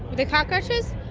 the cockroaches?